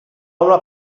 una